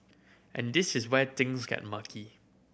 and this is where things get murky